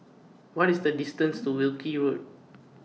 What IS The distance to Wilkie Road